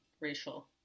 racial